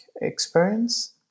experience